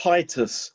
Titus